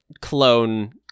clone